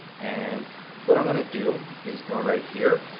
and what i'm gonna do is go right here,